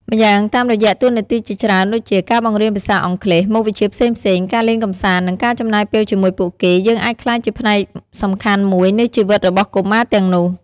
ម្យ៉ាងតាមរយៈតួនាទីជាច្រើនដូចជា ការបង្រៀនភាសាអង់គ្លេស មុខវិជ្ជាផ្សេងៗ ការលេងកម្សាន្ត និងការចំណាយពេលជាមួយពួកគេ យើងអាចក្លាយជាផ្នែកសំខាន់មួយនៃជីវិតរបស់កុមារទាំងនោះ។